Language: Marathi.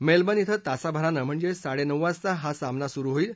मेलबर्न क्रि तासाभरानं म्हणजे साडेनऊ वाजता हा सामना सुरु होईल